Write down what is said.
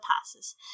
passes